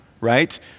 right